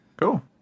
cool